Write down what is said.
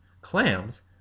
Clams